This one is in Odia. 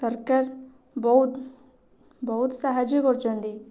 ସରକାର ବହୁତ ବହୁତ ସାହାଯ୍ୟ କରୁଛନ୍ତି